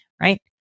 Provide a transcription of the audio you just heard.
right